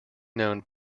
known